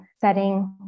setting